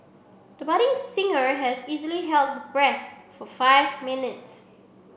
the budding singer has easily held her breath for five minutes